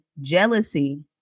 jealousy